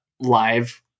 live